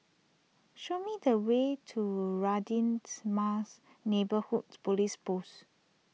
show me the way to Radins Mas Neighbourhood Police Post